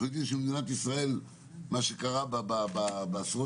מהרגע שקרה אסון